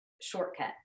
shortcut